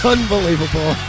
Unbelievable